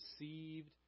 received